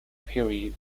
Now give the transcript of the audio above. period